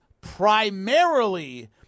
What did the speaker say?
primarily